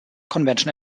convention